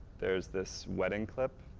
there is this wedding clip,